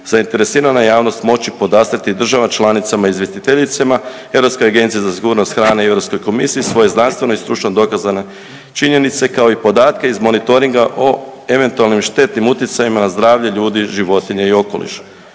zainteresirana javnost moći podastrijeti državama članicama izvjestiteljicama, Europskoj agencija za sigurnost hrane i Europskoj komisiji svoje znanstvene i stručno dokazane činjenice kao i podatke iz monitoringa o eventualnim štetnim utjecajima na zdravlje ljudi, životinja i okoliša.